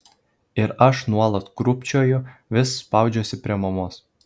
ir aš nuolat krūpčioju vis spaudžiuosi prie mamos